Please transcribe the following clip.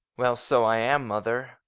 well, so i am, mother.